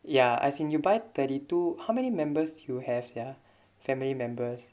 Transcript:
ya as in you by thirty two how many members do you have sia family members